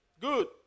Good